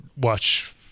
watch